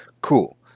cool